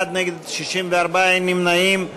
51, נגד, 64, אין נמנעים.